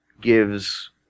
gives